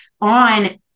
on